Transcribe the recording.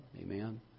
Amen